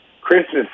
Christmas